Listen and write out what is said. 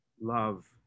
love